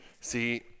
See